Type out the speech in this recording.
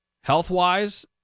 health-wise